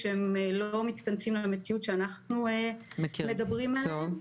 שלא מתכנסים למציאות שאנחנו מדברים עליה.